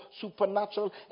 supernatural